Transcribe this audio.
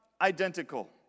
Identical